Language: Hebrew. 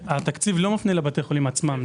התקציב לא מופנה לבתי החולים עצמם,